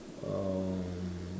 um